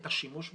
את השימוש בהן,